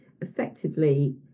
effectively